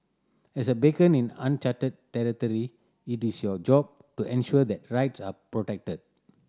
as a beacon in uncharted territory it is your job to ensure that rights are protected